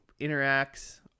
interacts